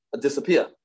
disappear